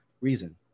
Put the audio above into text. reason